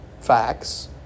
facts